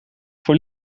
voor